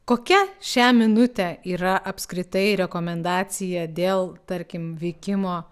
kokia šią minutę yra apskritai rekomendacija dėl tarkim vykimo